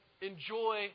enjoy